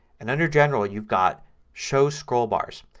and under general you've got show scroll bars.